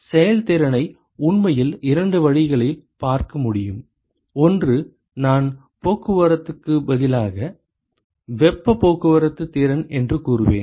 செயல்திறனை உண்மையில் இரண்டு வழிகளில் பார்க்க முடியும் ஒன்று நான் போக்குவரத்துக்கு பதிலாக வெப்ப போக்குவரத்து திறன் என்று கூறுவேன்